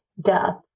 death